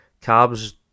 carbs